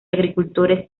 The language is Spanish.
agricultores